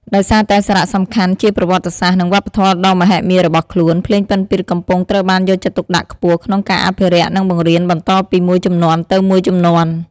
ដោយសារតែសារៈសំខាន់ជាប្រវត្តិសាស្ត្រ និងវប្បធម៌ដ៏មហិមារបស់ខ្លួន ភ្លេងពិណពាទ្យកំពុងត្រូវបានយកចិត្តទុកដាក់ខ្ពស់ក្នុងការអភិរក្ស និងបង្រៀនបន្តពីមួយជំនាន់ទៅមួយជំនាន់។